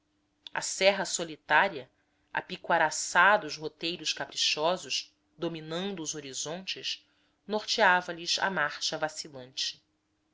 a serra solitária a piquaraçá dos roteiros caprichosos dominando os horizontes norteava lhes a marcha vacilante